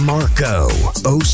Marco